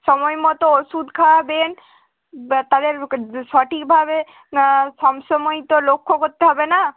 সময় মতো ওষুধ খাওয়াবেন তাদের সঠিকভাবে সম সময় তো লক্ষ্য করতে হবে না